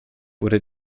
wurde